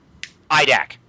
IDAC